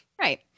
right